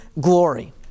glory